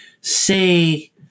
say